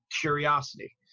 curiosity